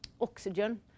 oxygen